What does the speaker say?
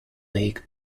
league